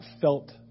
felt